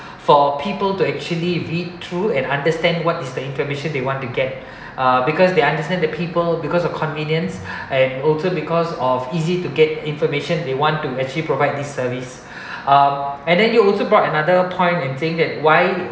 for people to actually read through and understand what this information they want to get uh because they understand the people because of convenience and also because of easy to get information they want to actually provide this service uh and then you also brought another point and saying that why